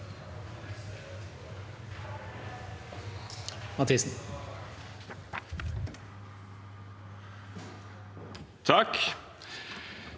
Takk